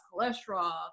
cholesterol